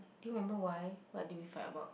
do you remember why what did we fight about